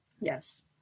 Yes